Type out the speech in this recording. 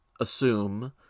Assume